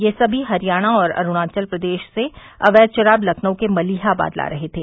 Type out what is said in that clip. यह सभी हरियाणा और अरूणाचल प्रदेश से अवैध शराब लखनऊ के मलिहाबाद ला रहे थे